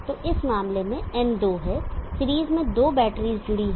तो इस मामले में n दो है सीरीज में दो बैटरीज जुड़ी है